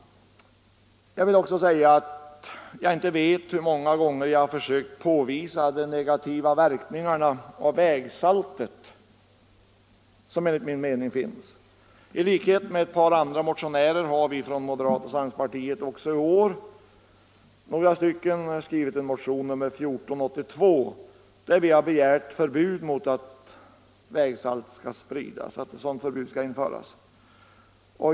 Jag vet inte hur många gånger jag har försökt påvisa de negativa verkningar som vägsaltet enligt min mening för med sig. I likhet med ett par motionärer från andra partier har några av moderata samlingspartiets ledamöter också i år skrivit en motion — vår har nr 1482 — där vi begär att förbud skall införas mot spridning av vägsalt.